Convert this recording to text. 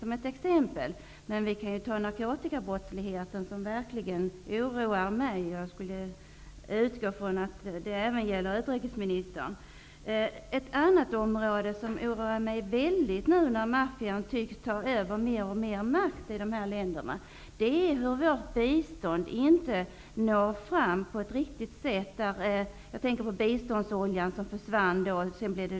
Men något som verkligen oroar mig är narkotikabrottsligheten. Jag utgår ifrån att det gäller även utrikesministern. Ett annan sak som oroar mig oerhört nu när maffian tycks ta över mer och mer makt i de baltiska länderna är att vårt bistånd inte tycks nå fram på det sätt som var tänkt. Jag tänker då på biståndsoljan som försvann.